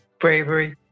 bravery